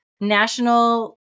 National